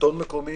השלטון מקומי